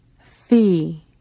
FEE